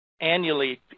annually